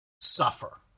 suffer